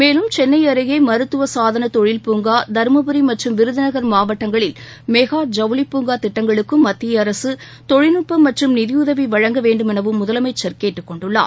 மேலும் சென்னை அருகே மருத்துவ சாதன தொழில் பூங்கா தர்மபுரி மற்றும் விருதுநகர் மாவட்டங்களில் மெகா ஜவுளிப் பூங்கா திட்டங்களுக்கும் மத்திய அரசு தொழில்நுட்ப மற்றும் நிதியுதவி வழங்க வேண்டுமெனவும் முதலமைச்சர் கேட்டுக் கொண்டுள்ளார்